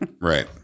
Right